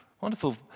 Wonderful